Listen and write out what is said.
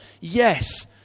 yes